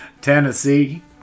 Tennessee